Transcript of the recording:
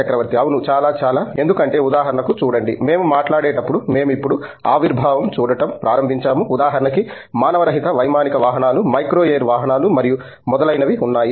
చక్రవర్తి అవును చాలా చాలా ఎందుకంటే ఉదాహరణకు చూడండి మేము మాట్లాడేటప్పుడు మేము ఇప్పుడు ఆవిర్భావం చూడటం ప్రారంభించాము ఉదాహరణకి మానవరహిత వైమానిక వాహనాలు మైక్రో ఎయిర్ వాహనాలు మరియు మొదలైనవి ఉన్నాయి